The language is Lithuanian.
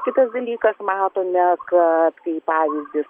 kitas dalykas mato ne kad kai pavyzdis